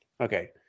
Okay